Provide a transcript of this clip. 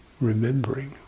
remembering